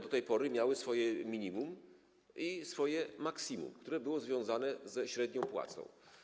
Do tej pory miały one swoje minimum i swoje maksimum, które były związane ze średnią płacą.